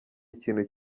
ikintu